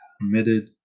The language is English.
committed